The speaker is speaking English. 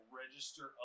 register